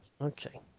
Okay